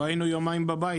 לא היינו יומיים בבית,